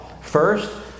First